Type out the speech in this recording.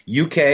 uk